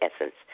essence